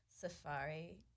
Safari